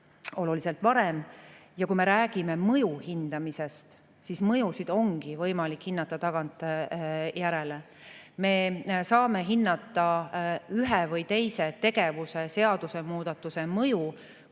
oluliselt varem. Ja kui me räägime mõju hindamisest, siis mõju ongi võimalik hinnata tagantjärele. Me saame hinnata ühe või teise seadusemuudatuse mõju, kui see